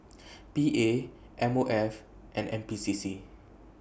P A M O F and N P C C